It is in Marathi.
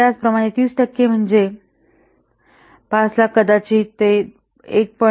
त्याचप्रमाणे 30 टक्के म्हणजे 500000 कदाचित 1